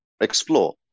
explore